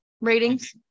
ratings